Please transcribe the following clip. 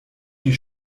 die